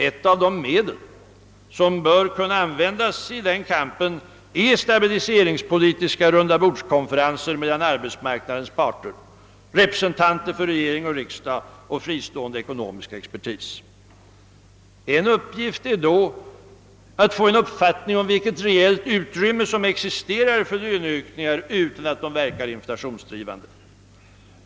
Ett av de medel som bör kunna användas i den kampen är stabiliseringspolitiska rundabordskonferenser mellan arbetsmarknadens parter, representanter för regering och riksdag och fristående ekonomisk expertis. En uppgift är då att få en uppfattning om vilket reellt utrymme som existerar för löneökningar utan att de verkar inflationsdrivande.